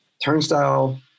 turnstile